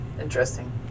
interesting